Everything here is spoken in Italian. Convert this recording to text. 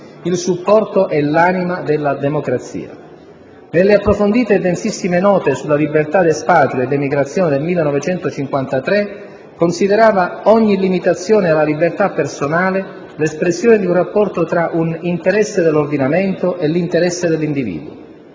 il supporto e l'anima» della democrazia. Nelle approfondite e densissime "Note sulla libertà d'espatrio e d'emigrazione" del 1953, considerava «ogni limitazione alla libertà personale» l'espressione di un rapporto tra «un interesse dell'ordinamento e 1'interesse dell'individuo».